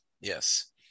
Yes